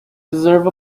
deserve